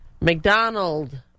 McDonald